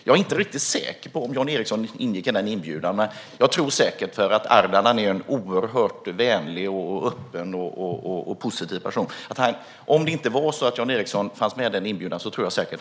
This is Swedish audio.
Jag är inte säker på om Jan Ericson ingick i inbjudan, men jag tror säkert att han kan inbegripas om han inte var med. Ardalan är ju en oerhört vänlig, öppen och positiv person.